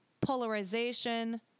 polarization